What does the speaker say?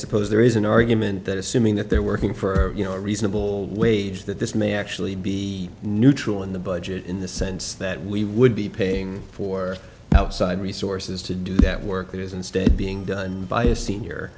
suppose there is an argument that assuming that they're working for you know a reasonable wage that this may actually be neutral in the budget in the sense that we would be paying for outside resources to do that work that is instead being done by a senior